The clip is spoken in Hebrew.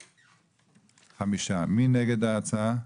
5. מי נגד ההצעה?